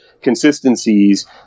consistencies